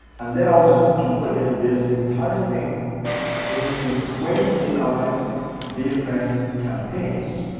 and then i would just duplicate this entire thing into twenty nine different campaigns.